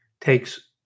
takes